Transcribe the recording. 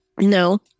No